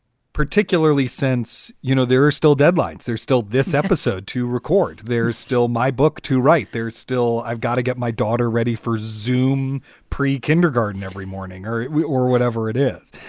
particularly since, you know, there are still deadlines. there's still this episode to record. there's still my book to write. there's still i've got to get my daughter ready for zoome prekindergarten every morning or we or whatever it is.